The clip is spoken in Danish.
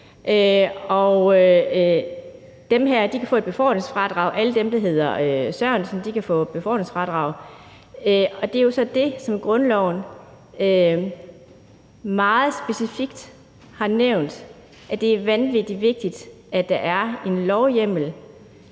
alle dem, der hedder Sørensen, kan få et befordringsfradrag. Det er jo så det, som er meget specifikt nævnt i grundloven, altså at det er vanvittig vigtigt, at der er en lovhjemmel,